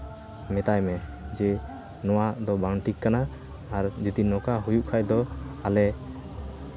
ᱢᱮᱛᱟᱭ ᱢᱮ ᱡᱮ ᱱᱚᱣᱟ ᱫᱚ ᱵᱟᱝ ᱴᱷᱤᱠ ᱠᱟᱱᱟ ᱟᱨ ᱡᱩᱫᱤ ᱱᱚᱝᱠᱟ ᱦᱩᱭᱩᱜ ᱠᱷᱟᱱ ᱫᱚ ᱟᱞᱮ